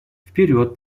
вперед